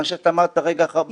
מה שאמרת כרגע.